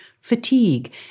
fatigue